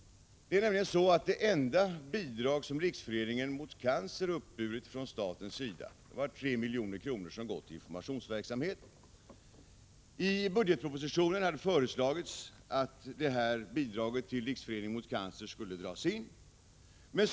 Det enda bidrag Riksföreningen mot cancer uppburit från statens sida är 3 milj.kr. till informationsverksamhet. I budgetpropositionen föreslås att detta bidrag till Riksföreningen mot cancer skall dragas in.